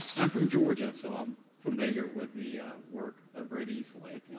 i'm from georgia, so i'm familiar with the work over at east lake.